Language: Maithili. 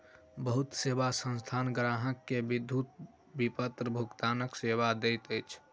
बहुत सेवा संस्थान ग्राहक के विद्युत विपत्र भुगतानक सेवा दैत अछि